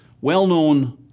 Well-known